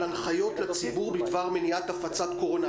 הנחיות לציבור בדבר מניעת הפצת קורונה.